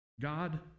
God